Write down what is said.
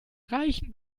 reichen